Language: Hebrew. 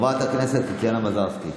חברת הכנסת טטיאנה מזרסקי.